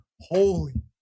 Holy